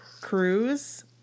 cruise